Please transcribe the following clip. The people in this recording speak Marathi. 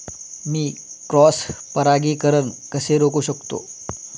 मी क्रॉस परागीकरण कसे रोखू शकतो?